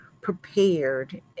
prepared